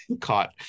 caught